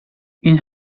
این